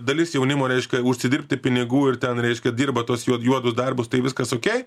dalis jaunimo reiškia užsidirbti pinigų ir ten reiškia dirba tuos juodus darbus tai viskas okei